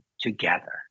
together